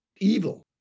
evil